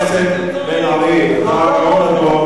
חבר הכנסת בן-ארי, אתה גאון הדור,